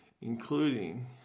including